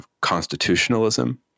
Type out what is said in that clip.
constitutionalism